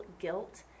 guilt